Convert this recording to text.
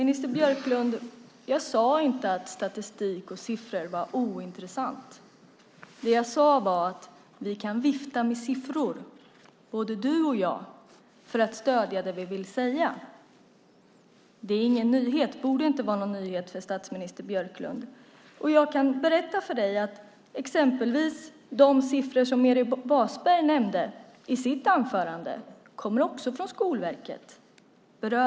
Fru talman! Jag sade inte att statistik och siffror är ointressant, minister Björklund. Det jag sade var att vi kan vifta med siffror, både du och jag, för att stödja det vi vill säga. Det är ingen nyhet och borde inte vara någon nyhet för skolminister Björklund. Jag kan berätta för dig att exempelvis de siffror som Meeri Wasberg nämnde i sitt anförande också kommer från Skolverket.